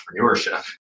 entrepreneurship